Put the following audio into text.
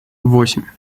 восемь